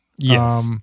Yes